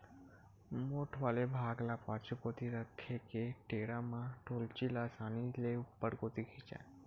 मोठ वाले भाग ल पाछू कोती रखे के टेंड़ा म डोल्ची ल असानी ले ऊपर कोती खिंचय